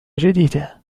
جديدة